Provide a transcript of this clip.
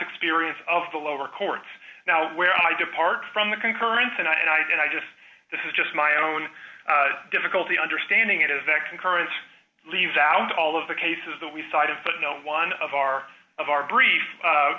experience of the lower courts now where i depart from the concurrence and i did i just this is just my own difficulty understanding it is that concurrent leaves out all of the cases that we cited but no one of our of our brief